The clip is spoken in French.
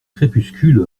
crépuscule